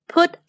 Put